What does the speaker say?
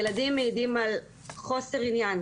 ילדים מעידים על חוסר עניין